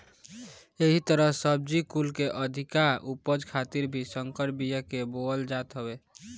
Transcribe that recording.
एही तहर सब्जी कुल के अधिका उपज खातिर भी संकर बिया के बोअल जात हवे